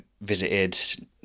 visited